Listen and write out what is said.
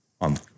On